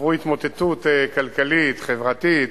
עברו התמוטטות כלכלית, חברתית.